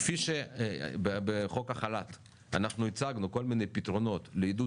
כפי שבחוק החל"ת אנחנו הצגנו כל מיני פתרונות לעידוד